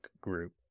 group